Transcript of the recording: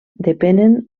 depenen